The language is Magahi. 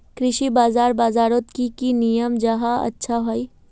कृषि बाजार बजारोत की की नियम जाहा अच्छा हाई?